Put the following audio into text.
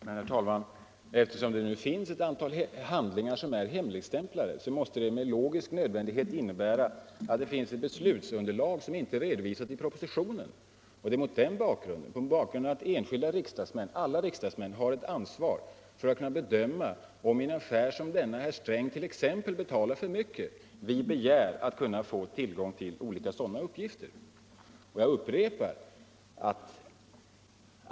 Herr talman! Eftersom det nu finns ett antal handlingar som är hemligstämplade, måste det med logisk nödvändighet innebära att det finns ett beslutsunderlag som inte är redovisat i propositionen. Alla riksdagsmän har ett ansvar, och det är för att kunna bedöma om i en affär som denna herr Sträng t.ex. har betalat för mycket som vi begär att få tillgång till olika sådana uppgifter.